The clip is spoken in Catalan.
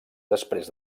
després